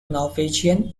norwegian